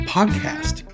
Podcast